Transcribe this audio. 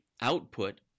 output